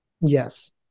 Yes